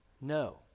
No